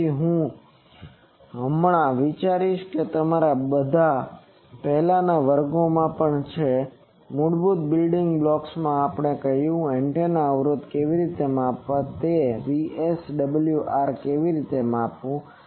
તેથી હું હમણાં જ વિચારીશ કે તમારા બધા પહેલાનાં વર્ગોમાં પણ છે મૂળભૂત બિલ્ડિંગ બ્લોક્સમાં આપણે કહ્યું છે કે એન્ટેનાના અવરોધને કેવી રીતે માપવા તે દ્વારા VSWR કેવી રીતે માપવું